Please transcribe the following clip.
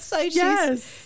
Yes